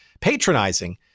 patronizing